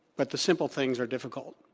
but the simple things are difficult.